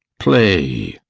play!